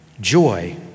Joy